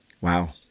Wow